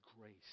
grace